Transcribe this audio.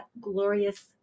glorious